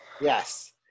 Yes